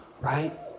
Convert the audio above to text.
right